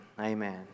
Amen